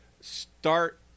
start